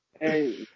Hey